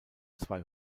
zwei